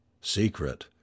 secret